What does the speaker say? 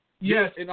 Yes